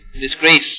disgrace